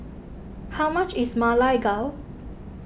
how much is Ma Lai Gao